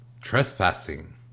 trespassing